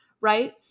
right